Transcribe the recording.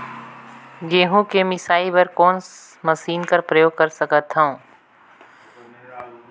गहूं के मिसाई बर मै कोन मशीन कर प्रयोग कर सकधव?